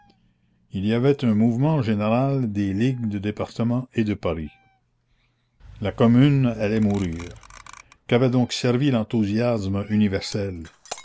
il y avait un mouvement général des ligues des départements et de paris la commune allait mourir qu'avait donc servi l'enthousiasme universel